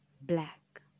black